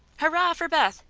hurrah for beth!